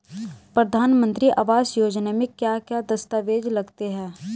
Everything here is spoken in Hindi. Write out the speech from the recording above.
प्रधानमंत्री आवास योजना में क्या क्या दस्तावेज लगते हैं?